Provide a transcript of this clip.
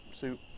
soup